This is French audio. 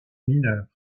mineurs